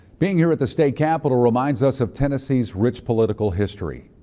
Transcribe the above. being here at the state capitol reminds us of tennessee's rich political history.